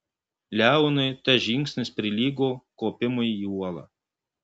leonui tas žingsnis prilygo kopimui į uolą